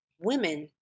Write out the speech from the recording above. Women